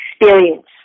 experience